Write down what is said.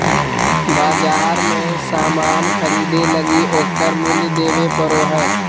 बाजार मे सामान ख़रीदे लगी ओकर मूल्य देबे पड़ो हय